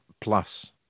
plus